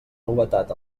novetat